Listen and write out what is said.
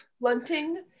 blunting